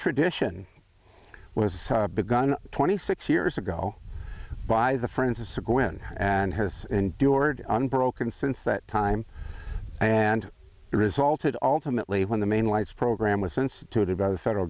tradition was begun twenty six years ago by the friends of sir going and has endured unbroken since that time and resulted ultimately when the maine lights program was instituted by the federal